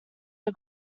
are